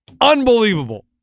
Unbelievable